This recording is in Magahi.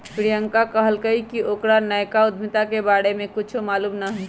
प्रियंका कहलकई कि ओकरा नयका उधमिता के बारे में कुछो मालूम न हई